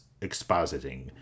expositing